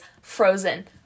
frozen